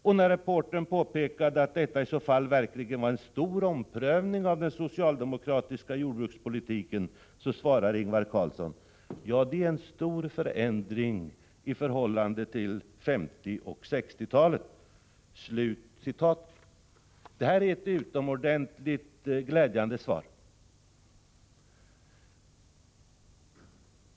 Och när reportern påpekade att detta i så fall verkligen var en stor omprövning av den socialdemokratiska jordbrukspolitiken svarade Ingvar Carlsson: Ja, det är en stor förändring i förhållande till 1950 och 1960-talen. Det var ett utomordentligt glädjande svar.